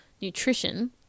nutrition